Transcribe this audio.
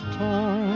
time